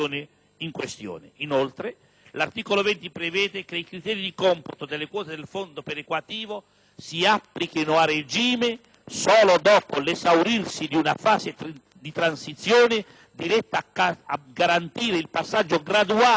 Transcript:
Inoltre, l'articolo 20 prevede che i criteri di computo delle quote del fondo perequativo si applichino a regime solo dopo l'esaurirsi di una fase di transizione diretta a garantire il passaggio graduale